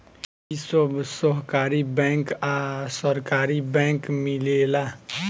इ सब सहकारी बैंक आ सरकारी बैंक मिलेला